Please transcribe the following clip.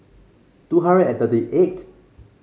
two hundred and thirty eight